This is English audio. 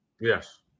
Yes